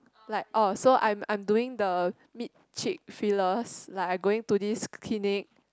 like oh so I'm I'm doing the mid cheek fillers like I going to this clinic